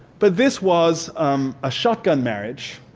but this was a shotgun marriage